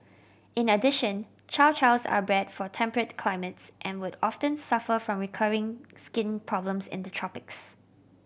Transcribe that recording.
in addition Chow Chows are bred for temperate climates and would often suffer from recurring skin problems in the tropics